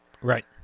Right